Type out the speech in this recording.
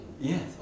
Yes